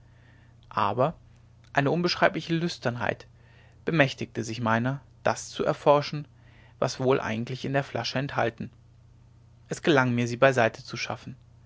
aber eine unbeschreibliche lüsternheit bemächtigte sich meiner das zu erforschen was wohl eigentlich in der flasche enthalten es gelang mir sie beiseite zu schaffen